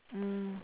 mm